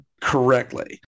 correctly